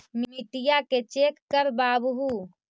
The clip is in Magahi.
मिट्टीया के चेक करबाबहू?